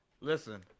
Listen